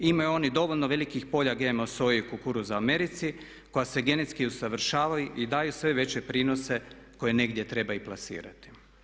Imaju oni dovoljno velikih polja GMO soje i kukuruza u Americi koja se genetski usavršavaju i daju sve veće prinose koje negdje treba i plasirati.